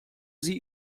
sie